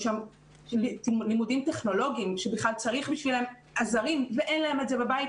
יש לימודים טכנולוגיים שצריך בשבילם עזרים ואין להם את זה בבית,